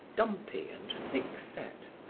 dumpy and thick-set,